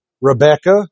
Rebecca